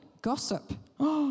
Gossip